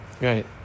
right